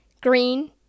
Green